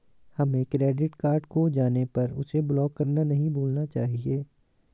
हमें credit card खो जाने पर उसे ब्लॉक करना नहीं भूलना चाहिए